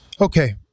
Okay